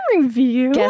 review